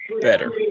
better